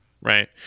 Right